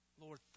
Lord